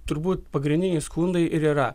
turbūt pagrindiniai skundai ir yra